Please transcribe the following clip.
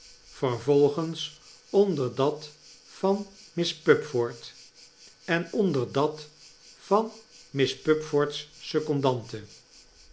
vervolgens onder dat van miss pupford en onder dat van miss pupford's secondante